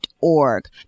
org